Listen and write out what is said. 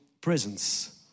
presence